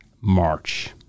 March